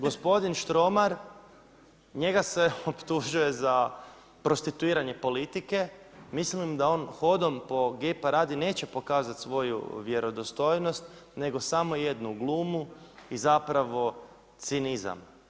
Gospodin Štromar, njega se optužuje za prostituiranje politike, mislim da on hodom po gay paradi neće pokazati svoju vjerodostojnost nego samo jednu glumu i zapravo cinizam.